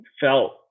felt